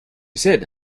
said